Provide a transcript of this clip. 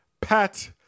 Pat